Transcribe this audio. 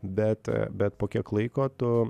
bet bet po kiek laiko tu